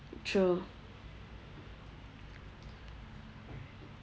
true